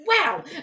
wow